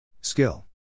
Skill